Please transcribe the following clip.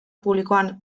publikoan